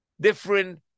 different